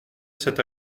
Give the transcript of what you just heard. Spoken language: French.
cet